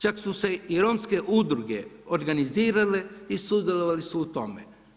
Čak su se i romske udruge organizirale i sudjelovali su u tome.